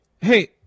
Hey